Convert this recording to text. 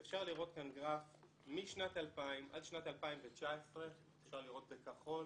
גרף משנת 2000 עד שנת 2019. בכחול